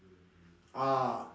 ah